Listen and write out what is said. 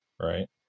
Right